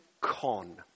con